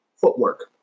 Footwork